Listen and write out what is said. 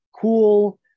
cool